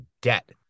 debt